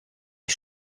ich